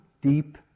deep